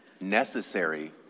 necessary